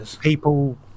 People